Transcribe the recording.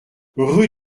rue